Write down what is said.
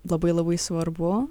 labai labai svarbu